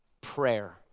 prayer